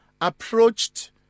approached